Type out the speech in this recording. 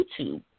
YouTube